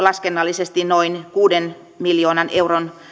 laskennallisesti noin kuuden miljoonan euron